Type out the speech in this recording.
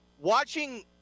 watching